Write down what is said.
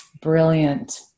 Brilliant